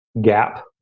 gap